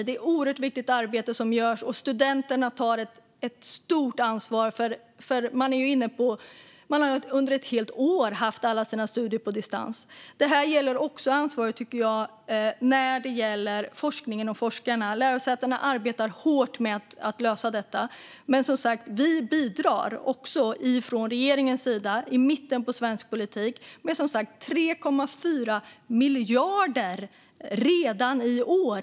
Det är ett oerhört viktigt arbete som görs, och studenterna tar ett stort ansvar. De har under ett helt år skött studierna på distans. Ansvaret gäller också forskningen och forskarna. Lärosätena arbetar hårt med att lösa dessa problem. Regeringen bidrar också, i mitten av svensk politik, med 3,4 miljarder redan i år.